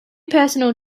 personal